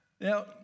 Now